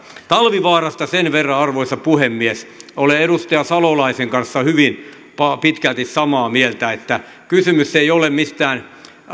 talvivaarasta sen verran arvoisa puhemies että olen edustaja salolaisen kanssa hyvin pitkälti samaa mieltä että kysymys ei ole mistään